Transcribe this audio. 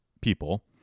people